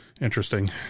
Interesting